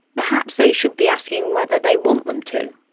perhaps they should be asking whether they want them to.